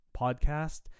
podcast